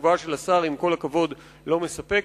התשובה של השר, עם כל הכבוד, לא מספקת.